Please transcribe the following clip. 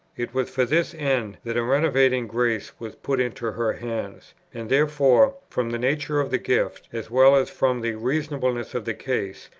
it was for this end that a renovating grace was put into her hands and therefore from the nature of the gift, as well as from the reasonableness of the case,